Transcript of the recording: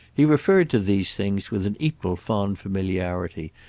he referred to these things with an equal fond familiarity,